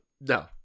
No